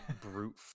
brute